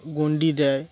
গন্ডি দেয়